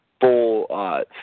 full